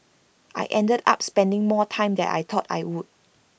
I ended up spending more time than I thought I would